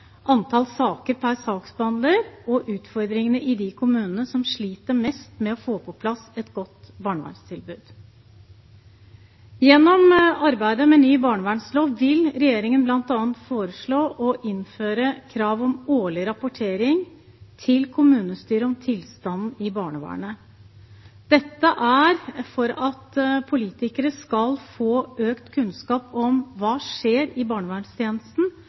antall saker per saksbehandler og utfordringene i de kommunene som sliter mest med å få på plass et godt barnevernstilbud. Gjennom arbeidet med ny barnevernslov vil regjeringen bl.a. foreslå å innføre krav om årlig rapportering til kommunestyret om tilstanden i barnevernet. Det er for at politikere skal få økt kunnskap om hva som skjer i barnevernstjenesten,